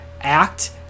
act